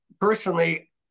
personally